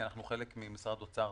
כי אנחנו חלק ממשרד האוצר,